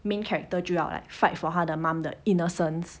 main character 就要 like fight for 她的 mom 的 innocence